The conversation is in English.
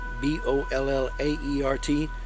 B-O-L-L-A-E-R-T